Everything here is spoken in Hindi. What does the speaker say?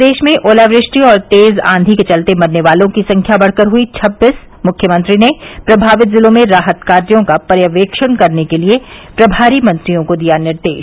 प्रदेश में ओलावृष्टि और तेज आंची के चलते मरने वालों की संख्या बढ़कर हई छबीस मुख्यमंत्री ने प्रमावित जिलों में राहत कार्यो का पर्यवेक्षण करने के लिये प्रभारी मंत्रियों को दिया निर्देश